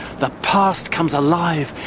the past comes alive,